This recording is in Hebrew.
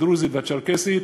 הדרוזית והצ'רקסית,